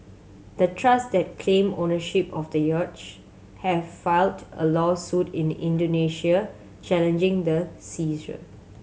the trust that claim ownership of the have filed a lawsuit in Indonesia challenging the seizure